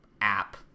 app